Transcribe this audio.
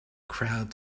crowd